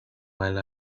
while